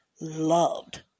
loved